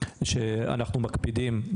אנחנו מתכנסים היום,